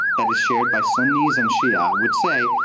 that is shared by sunnis and shiites would say,